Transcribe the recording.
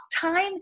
time